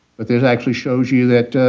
but this actually shows you that,